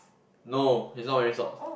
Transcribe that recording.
no he's not wearing socks